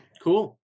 Cool